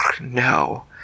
No